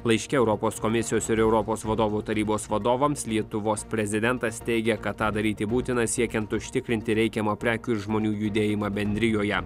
laiške europos komisijos ir europos vadovų tarybos vadovams lietuvos prezidentas teigė kad tą daryti būtina siekiant užtikrinti reikiamą prekių ir žmonių judėjimą bendrijoje